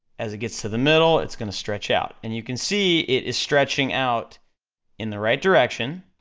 as it gets to the middle it's gonna stretch out, and you can see it is stretching out in the right direction,